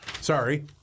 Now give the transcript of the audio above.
Sorry